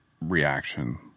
reaction